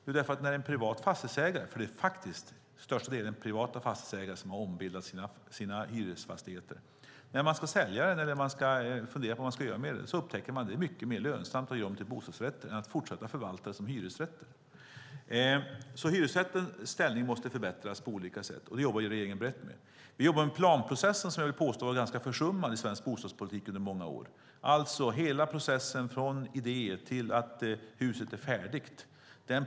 Jo, därför att när en privat fastighetsägare - för det är faktiskt till största delen privata fastighetsägare som har ombildat sina hyresfastigheter - ska sälja eller funderar på vad man ska göra med fastigheten upptäcker man att det är mycket mer lönsamt att göra om till bostadsrätter än att fortsätta att förvalta som hyresrätter. Hyresrättens ställning måste därför förbättras på olika sätt. Det jobbar regeringen brett med. Vi jobbar med planprocessen, som jag vill påstå var ganska försummad i svensk bostadspolitik under många år, alltså hela processen från idéer till att huset är färdigt.